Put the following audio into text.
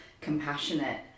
compassionate